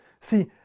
See